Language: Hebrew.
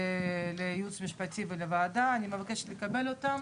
לייעוץ משפטי ולוועדה ואני מבקשת לקבל אותן.